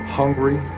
hungry